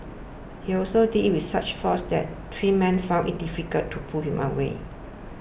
he also did it with such force that three men found it difficult to pull him away